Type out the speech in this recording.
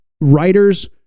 writers